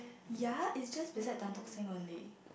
ya is just beside Tan-Tock-Seng only